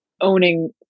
owning